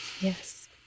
Yes